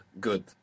Good